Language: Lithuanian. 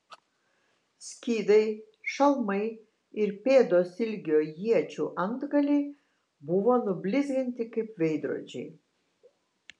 skydai šalmai ir pėdos ilgio iečių antgaliai buvo nublizginti kaip veidrodžiai